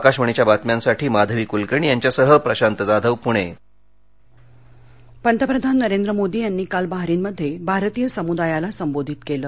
आकाशवाणी बातम्यांसाठी माधवी कुलकर्णी यांच्यासह प्रशांत जाधव पुणे मोदी पंतप्रधान नरेंद्र मोदी यांनी काल बहारीनमध्ये भारतीय समुदायाला संबोधित केलं